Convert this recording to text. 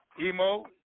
Emo